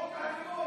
חוק הלאום,